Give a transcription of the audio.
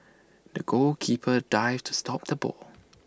the goalkeeper dived to stop the ball